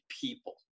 people